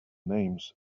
names